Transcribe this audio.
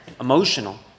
emotional